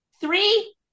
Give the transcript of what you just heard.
Three